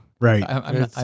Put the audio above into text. Right